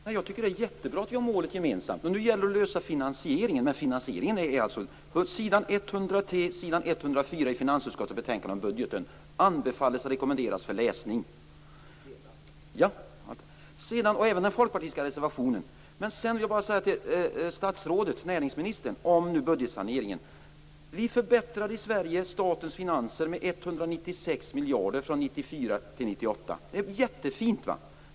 Fru talman! Jag tycker att det är jättebra att vi har målet gemensamt. Och nu gäller det att lösa finansieringsfrågan. Jag rekommenderar läsning av s. 103 104 i finansutskottets betänkande om budgeten. Jag rekommenderar även läsning av den folkpartistiska reservationen. Jag vill säga något till näringsministern om budgetsaneringen. Vi förbättrade i Sverige statens finanser med 196 miljarder kronor från 1994 till 1998. Det är jättefint.